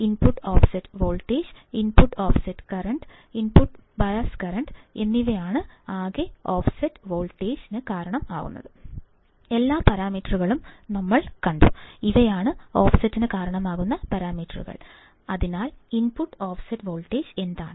input offset voltage input offset current input bias current എന്നിവയാണ് ആകെ offset വോൾട്ടേജ്ന് കാരണം എല്ലാ പാരാമീറ്ററുകളും ഞങ്ങൾ കണ്ടു ഇവയാണ് ഓഫ്സെറ്റിന് കാരണമാകുന്ന പാരാമീറ്ററുകൾ അതിനാൽ ഇൻപുട്ട് ഓഫ്സെറ്റ് വോൾട്ടേജ് എന്താണ്